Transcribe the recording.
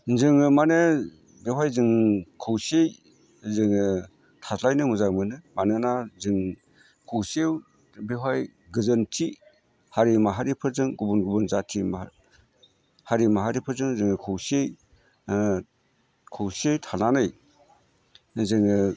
जोङो माने बेवहाय जों खौसेयै जोङो थालायनो मोजां मोनो मानोना जों खौसेयै बेवहाय गोजोनथि हारि माहारिफोरजों गुबुन गुबुन जाथि हारि माहारिफोरजों जोङो खौसे खौसे थानानै जोङो